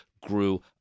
grew